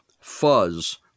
Fuzz